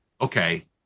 okay